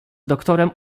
doktorem